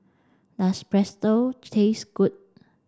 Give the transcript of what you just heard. does Pretzel taste good